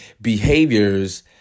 behaviors